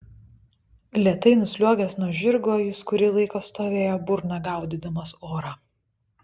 lėtai nusliuogęs nuo žirgo jis kurį laiką stovėjo burna gaudydamas orą